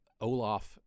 Olaf